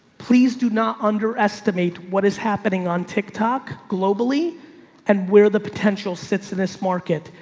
please do not underestimate what is happening on ticktock globally and where the potential sits in this market.